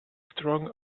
strong